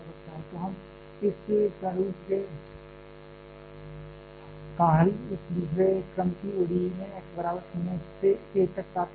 तो हम इस प्रारूप का हल इस दूसरे क्रम की ODE में x बराबर 0 से a तक प्राप्त करते हैं